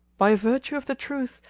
by virtue of the truth,